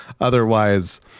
otherwise